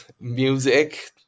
music